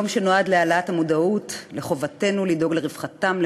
יום שנועד להעלאת המודעות לחובתנו לדאוג לרווחתם,